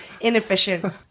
inefficient